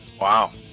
Wow